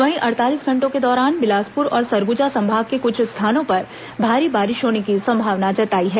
वहीं अड़तालीस घंटों के दौरान बिलासपुर और सरगुजा संभाग के कुछ स्थानों पर भारी बारिश होने की संभावना जताई है